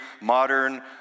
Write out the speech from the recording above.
modern